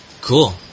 Cool